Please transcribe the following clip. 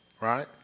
right